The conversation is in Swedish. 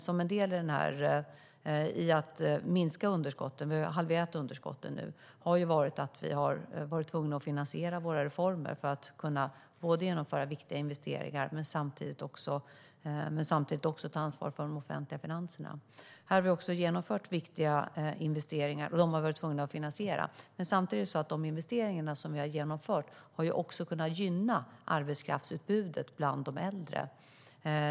Som en del i att minska underskotten - vi har halverat underskotten nu - har vi varit tvungna att finansiera våra reformer för att kunna genomföra viktiga investeringar men samtidigt också ta ansvar för de offentliga finanserna. Vi har genomfört viktiga investeringar, och de har vi varit tvungna att finansiera. Men samtidigt har de investeringar som vi har genomfört kunnat gynna arbetskraftsutbudet bland de äldre.